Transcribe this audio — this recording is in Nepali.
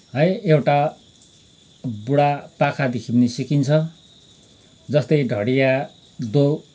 है एउटा बुढा पाकादेखि नि सिकिन्छ जस्तै ढडिया दो